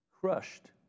crushed